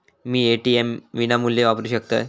मी ATM विनामूल्य वापरू शकतय?